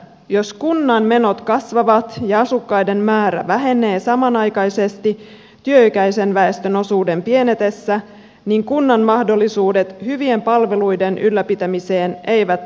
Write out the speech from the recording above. jos kunnan menot kasvavat ja asukkaiden määrä vähenee samanaikaisesti työikäisen väestön osuuden pienetessä niin kunnan mahdollisuudet hyvien palveluiden ylläpitämiseen eivät ole hyvät